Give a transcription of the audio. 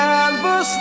Canvas